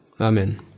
amen